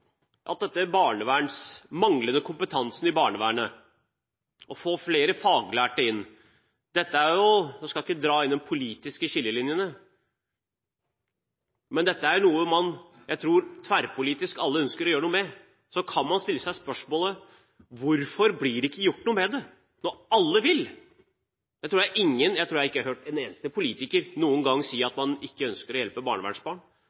manglende kompetansen i barnevernet og det å få flere faglærte inn – jeg skal ikke dra inn de politiske skillelinjene – tror jeg alle, tverrpolitisk, ønsker å gjøre noe med. Så kan man stille seg spørsmålet: Hvorfor blir det ikke gjort noe med det, når alle vil? Jeg tror ikke jeg har hørt en eneste politiker noen gang si at man ikke ønsker å hjelpe barnevernsbarn,